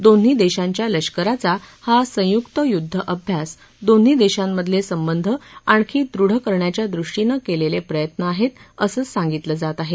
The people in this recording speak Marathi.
दोन्ही देशांच्या लष्कराचा हा संयुक युद्धाभ्यास दोन्ही देशां मधले संबंध आणखी दृढ करण्याच्या दृष्टीने केलेले प्रयत्नं आहेत असं सांगितलं जात आहे